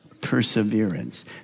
perseverance